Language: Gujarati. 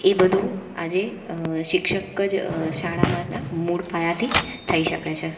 એ બધું આજે શિક્ષક જ શાળામાં હતા મૂળ પાયાથી થઈ શકે છે